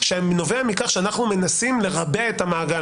מכך שאנחנו מנסים לרבע את המעגל.